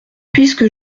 puisque